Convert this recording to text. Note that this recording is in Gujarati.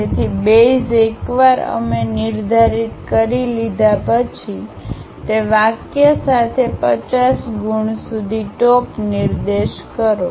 તેથી બેઝ એકવાર અમે નિર્ધારિત કરી લીધા પછી તે વાક્ય સાથે 50 ગુણ સુધી ટોપ નિર્દેશ કરો